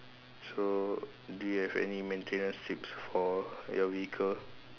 so do you have any maintenance tips for your vehicle